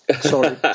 Sorry